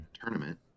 tournament